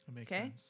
Okay